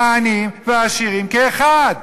העניים והעשירים כאחד.